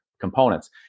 components